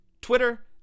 twitter